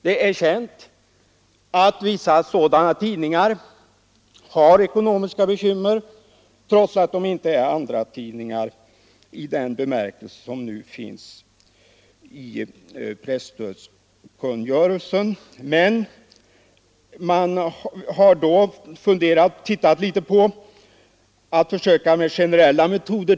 Det är känt att en del sådana tidningar har ekonomiska bekymmer trots att de inte är andratidningar i presstödskungörelsens nuvarande bemärkelse. Man har då tittat litet på möjligheterna att tillgodose dem med generella metoder.